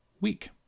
week